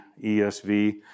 ESV